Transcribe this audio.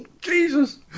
jesus